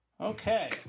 Okay